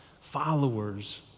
followers